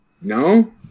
No